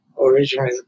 originally